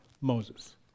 Moses